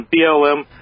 BLM